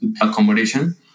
accommodation